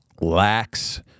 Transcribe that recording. lacks